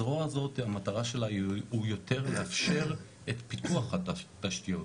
הזרוע הזאת המטרה שלה הוא יותר לאפשר את פיתוח התשתיות,